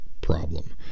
problem